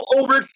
over